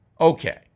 Okay